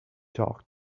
talk